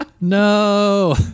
No